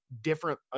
different